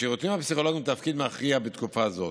לשירותים הפסיכולוגיים תפקיד מכריע בתקופה זו.